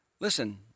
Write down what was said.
Listen